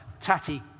tatty